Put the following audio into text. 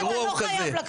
לא, אתה לא חייב לו.